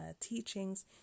teachings